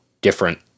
different